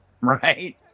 Right